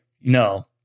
no